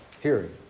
hearing